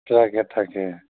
তাকে তাকে